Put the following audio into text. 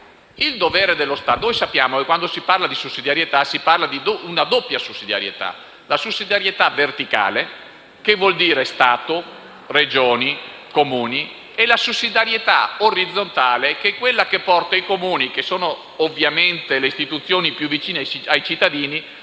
parola sussidiarietà. Noi sappiamo che quando si parla di ciò si fa riferimento ad una doppia sussidiarietà. La sussidiarietà verticale, che vuol dire Stato, Regioni, Comuni, e la sussidiarietà orizzontale, che è quella che porta i Comuni, le istituzioni più vicine ai cittadini,